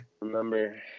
Remember